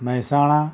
Mehsana